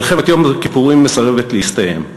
מלחמת יום הכיפורים מסרבת להסתיים.